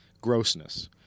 grossness